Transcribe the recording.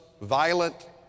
violent